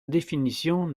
définition